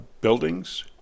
buildings